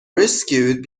rescued